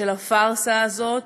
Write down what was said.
של הפארסה הזאת,